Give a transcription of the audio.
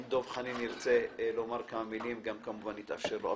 אם דב חנין ירצה לומר כמה מילים כמובן יתאפשר לו.